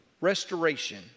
restoration